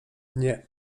nie